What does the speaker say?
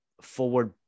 forward